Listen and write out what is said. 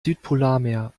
südpolarmeer